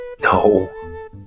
No